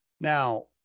Now